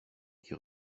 qui